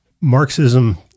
Marxism